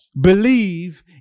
believe